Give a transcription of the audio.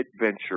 adventure